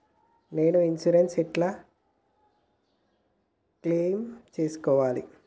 నా ఇన్సూరెన్స్ ని ఎట్ల క్లెయిమ్ చేస్కోవాలి?